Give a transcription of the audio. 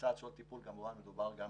"הקצאת שעות טיפול" כמובן שמדובר גם